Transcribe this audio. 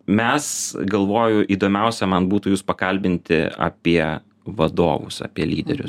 mes galvoju įdomiausia man būtų jus pakalbinti apie vadovus apie lyderius